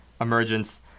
Emergence